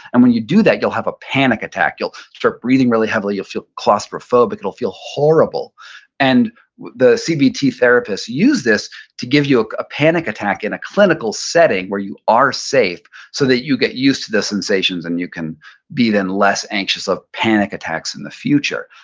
and when you do that you'll have a panic attack. you'll you'll start breathing really heavily, you'll feel claustrophobic, it'll feel horrible and the cbt therapists use this to give you ah a panic attack in a clinical setting where you are safe, so that you get used to these sensations and you can be then less anxious of panic attacks in the future.